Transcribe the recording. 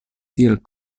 tiel